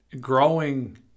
growing